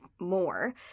more